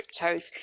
cryptos